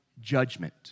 judgment